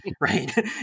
right